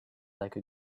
like